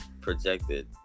projected